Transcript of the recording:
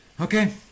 Okay